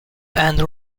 end